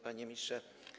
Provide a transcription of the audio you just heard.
Panie Ministrze!